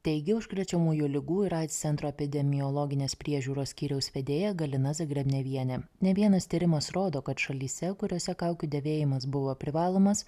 teigė užkrečiamųjų ligų ir aids centro epidemiologinės priežiūros skyriaus vedėja galina zagrebnevienė ne vienas tyrimas rodo kad šalyse kuriose kaukių dėvėjimas buvo privalomas